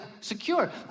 secure